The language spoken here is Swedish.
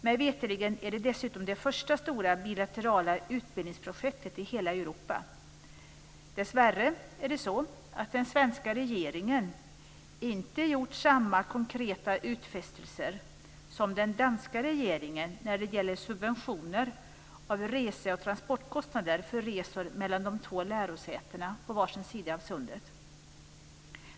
Mig veterligen är det dessutom det första stora bilaterala utbildningsprojektet i hela Europa. Dessvärre har den svenska regeringen inte gjort samma konkreta utfästelser som den danska regeringen när det gäller subventioner av reseoch transportkostnader för resor mellan de två lärosätena på vardera sida av sundet.